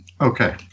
Okay